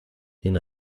den